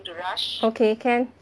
okay can